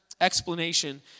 explanation